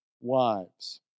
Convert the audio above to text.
wives